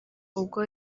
ubwo